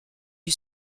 lui